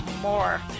more